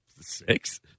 Six